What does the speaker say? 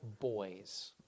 boys